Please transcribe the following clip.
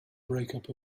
breakup